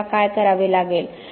आपल्याला काय करावे लागेल